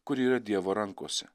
kuri yra dievo rankose